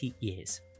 years